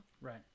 Right